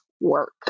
work